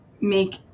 make